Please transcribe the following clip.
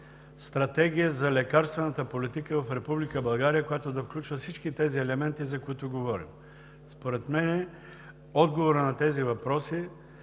стратегия за лекарствената политика в Република България, която да включва всички тези елементи, за които говорим? Според мен отговорът на тези въпроси